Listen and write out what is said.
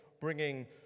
bringing